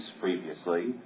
previously